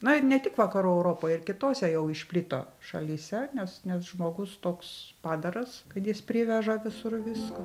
na ir ne tik vakarų europoj ir kitose jau išplito šalyse nes nes žmogus toks padaras kad jis priveža visur visko